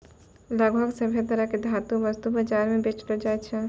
लगभग सभ्भे तरह के धातु वस्तु बाजार म बेचलो जाय छै